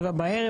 שבע בערב,